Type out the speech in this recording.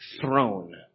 Throne